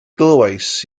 glywais